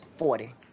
Forty